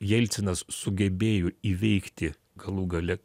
jelcinas sugebėjo įveikti galų gale